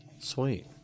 Sweet